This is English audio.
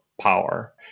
power